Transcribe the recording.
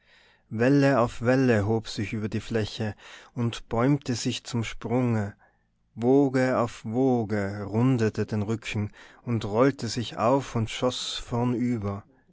welle auf welle hob sich über die fläche und bäumte sich zum sprunge woge auf woge rundete den rücken und rollte sich auf und schoß vornüber